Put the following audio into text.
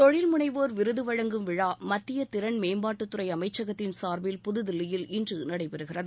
தொழில் முனைவோர் விருது வழங்கும் விழா மத்திய திறன் மேம்பாட்டு துறை அமைச்சகத்தின் சா்பில் புதுதில்லியில் இன்று நடைபெறுகிறது